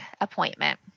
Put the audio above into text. appointment